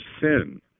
sin